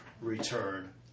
return